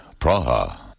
Praha